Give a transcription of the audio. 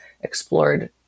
explored